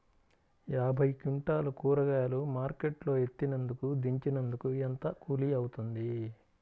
యాభై క్వింటాలు కూరగాయలు మార్కెట్ లో ఎత్తినందుకు, దించినందుకు ఏంత కూలి అవుతుంది?